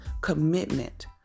commitment